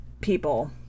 people